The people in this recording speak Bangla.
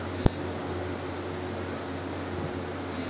ব্যাঙ্কের ওয়েবসাইট থেকে সঙ্গে সঙ্গে ব্যাঙ্কে অ্যাকাউন্ট খোলা যায়